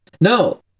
no